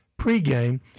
pregame